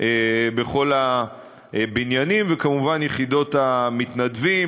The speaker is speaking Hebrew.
בכל הבניינים, וכמובן יחידות המתנדבים.